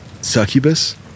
Succubus